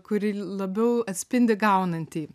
kuri labiau atspindi gaunantįjį